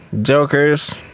Joker's